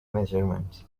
measurements